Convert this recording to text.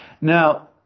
Now